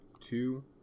two